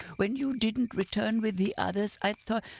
when you didn't return with the others i thought,